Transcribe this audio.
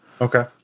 Okay